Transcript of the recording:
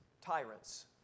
tyrants